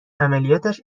عملیاتش